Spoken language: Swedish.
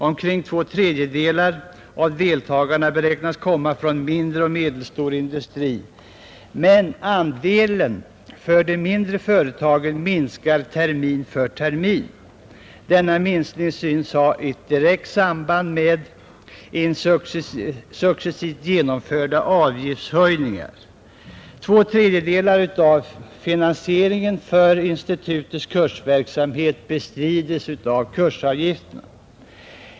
Omkring två tredjedelar av deltagarna beräknas komma från mindre och medelstor industri, men andelen för de mindre företagen minskar termin för termin. Denna minskning synes ha ett direkt samband med successivt genomförda avgiftshöjningar. Två tredjedelar av finansieringen bestrides av kursavgifterna.